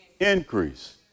Increase